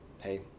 hey